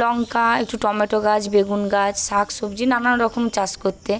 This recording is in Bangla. লংকা একটু টমেটো গাছ বেগুন গাছ শাক সবজি নানানরকম চাষ করতে